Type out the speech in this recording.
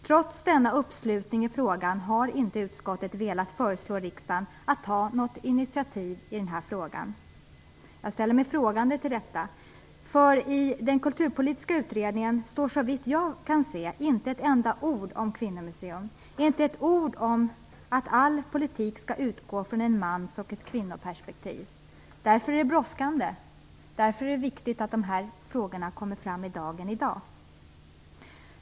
Trots denna uppslutning i frågan har utskottet inte velat föreslå riksdagen att ta något initiativ i frågan. Jag ställer mig frågande till detta. I den kulturpolitiska utredningen står det nämligen såvitt jag kan se inte ett enda ord om ett kvinnomuseum och inte ett ord om att all politik skall utgå från ett mans och kvinnoperspektiv. Därför är det bråttom, och därför är det viktigt att dessa frågor kommer fram i dag.